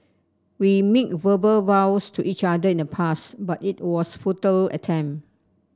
we made verbal vows to each other in the past but it was futile attempt